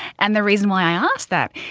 and the reason why i ask that,